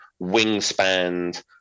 wingspan